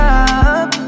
up